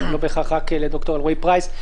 לא בהכרח רק לד"ר אלרעי פרייס.